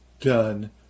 done